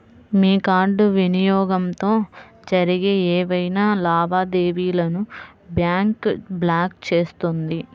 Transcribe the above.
మీ card వినియోగంతో జరిగే ఏవైనా లావాదేవీలను బ్యాంక్ బ్లాక్ చేస్తుంది